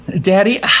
Daddy